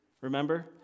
remember